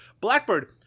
Blackbird